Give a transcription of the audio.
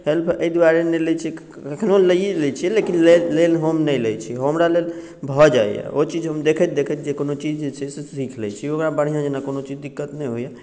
help एहि दुआरे नहि लै छी कखनो लइए लै छिए लेकिन लेल हम नहि लै छी हमरा लेल भऽ जाइए ओ चीज हम देखैत देखैत जे कोनो चीज जे छै से सीखि लै छी ओकरा बढ़िआँ जेना कोनो चीज दिक्कत नहि होइए